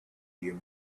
you